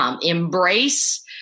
embrace